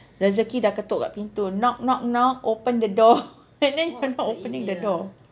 rezeki dah ketuk kat pintu knock knock knock open the door and then you're not opening the door